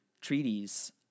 treaties